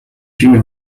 prime